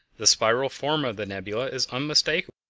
the spiral form of the nebula is unmistakable,